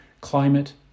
climate